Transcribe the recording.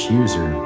user